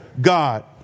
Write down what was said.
God